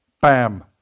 Bam